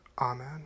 Amen